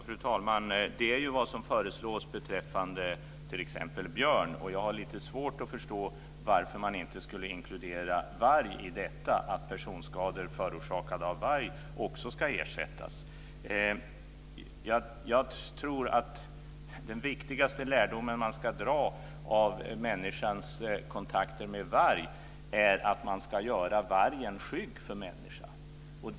Fru talman! Det är ju vad som föreslås beträffande t.ex. björn. Jag har lite svårt att förstå varför man inte skulle inkludera varg i detta, att personskador förorsakade av varg också ska ersättas. Jag tror att den viktigaste lärdomen man ska dra av människans kontakter med varg är att man ska göra vargen skygg för människan.